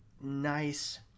nice